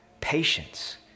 patience